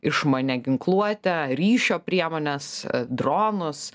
išmanią ginkluotę ryšio priemones dronus